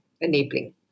enabling